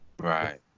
Right